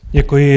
Děkuji.